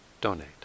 donate